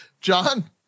John